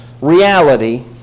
reality